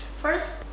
first